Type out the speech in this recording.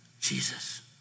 Jesus